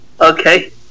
Okay